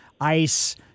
ice